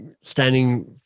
standing